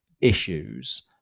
issues